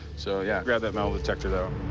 so yeah. grab that metal detector, though.